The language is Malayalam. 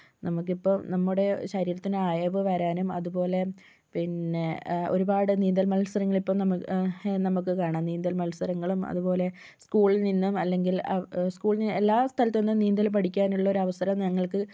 നമുക്കിപ്പോൾ നമ്മുടെ ശരീരത്തിന് അയവ് വരാനും അതുപോലെ പിന്നെ ഒരുപാട് നീന്തൽ മത്സരങ്ങൾ ഇപ്പോൾ നമുക്ക് നമുക്ക് കാണാം നീന്തൽ മത്സരങ്ങളും അതുപോലെ സ്കൂളിൽ നിന്നും അല്ലെങ്കിൽ സ്കൂളിൽ എല്ലാ സ്ഥലത്തിനും നീന്തൽ പഠിക്കാനുള്ളോരവസരം ഞങ്ങൾക്ക്